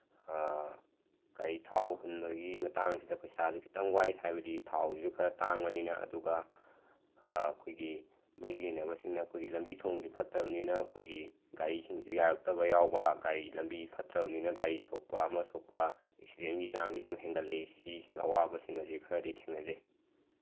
ꯒꯥꯔꯤ ꯊꯥꯎ ꯍꯨꯟꯕꯒꯤ ꯃꯇꯥꯡꯁꯤꯗ ꯄꯩꯁꯥꯁꯨ ꯈꯤꯇꯪ ꯋꯥꯏ ꯍꯥꯏꯕꯗꯤ ꯊꯥꯎꯁꯤꯁꯨ ꯈꯔ ꯇꯥꯡꯕꯅꯤꯅ ꯑꯗꯨꯒ ꯑꯩꯈꯣꯏꯒꯤ ꯃꯩꯒꯤꯅ ꯃꯁꯤꯅ ꯑꯩꯈꯣꯏꯒꯤ ꯂꯝꯕꯤ ꯊꯣꯡꯁꯨ ꯐꯠꯇꯕꯅꯤꯅ ꯑꯩꯈꯣꯏꯒꯤ ꯒꯥꯔꯤꯁꯤꯡꯁꯨ ꯌꯥꯔꯛꯇꯕ ꯌꯥꯎꯕ ꯒꯥꯔꯤ ꯂꯝꯕꯤ ꯐꯠꯇ꯭ꯔꯕꯅꯤꯅ ꯒꯥꯔꯤ ꯁꯣꯛꯄ ꯑꯃ ꯁꯣꯛꯄ ꯑꯦꯛꯁꯤꯗꯦꯟꯒꯤ ꯆꯥꯡꯁꯤ ꯑꯗꯨꯝ ꯍꯦꯟꯒꯠꯂꯛꯏ ꯁꯤꯁꯤꯡ ꯑꯋꯥꯕꯁꯤꯡ ꯑꯁꯤ ꯈꯔꯗꯤ ꯊꯦꯡꯅꯖꯩ